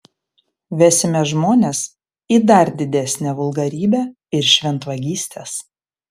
vesime žmones į dar didesnę vulgarybę ir šventvagystes